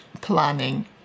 planning